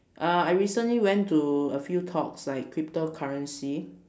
uh I recently went to a few talks like cryptocurrency